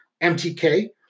MTK